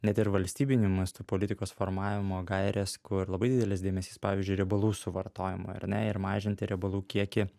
net ir valstybiniu mastu politikos formavimo gairės kur labai didelis dėmesys pavyzdžiui riebalų suvartojimo ar ne ir mažinti riebalų kiekį